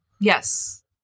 Yes